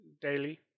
daily